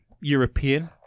European